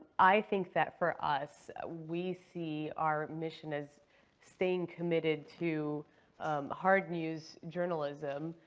i think that for us we see our mission as staying committed to hard-news journalism,